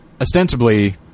ostensibly